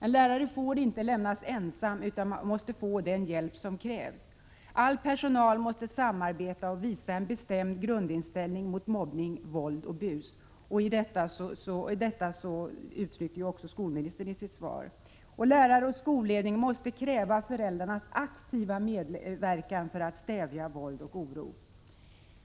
En lärare får inte lämnas ensam utan måste få den hjälp som krävs. All personal måste samarbeta och visa en bestämd grundinställning mot mobbning, våld och bus. Detta säger också skolministern i sitt svar. Lärare och skolledning måste vidare kräva föräldrarnas aktiva medverkan för att stävja våld och oro.